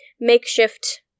Makeshift